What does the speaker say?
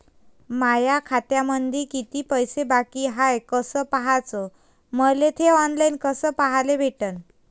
माया खात्यामंधी किती पैसा बाकी हाय कस पाह्याच, मले थे ऑनलाईन कस पाह्याले भेटन?